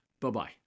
Bye-bye